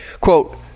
Quote